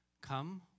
Come